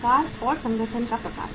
आकार और संगठन का प्रकार